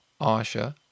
Asha